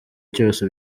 cyose